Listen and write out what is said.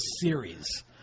series